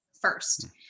first